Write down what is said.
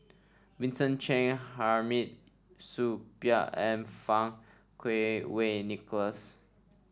Vincent Cheng Hamid Supaat and Fang Kuo Wei Nicholas